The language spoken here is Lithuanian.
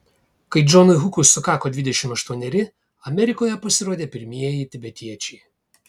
kai džonui hukui sukako dvidešimt aštuoneri amerikoje pasirodė pirmieji tibetiečiai